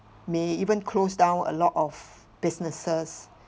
may even close down a lot of businesses